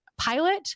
Pilot